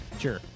Sure